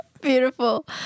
Beautiful